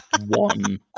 one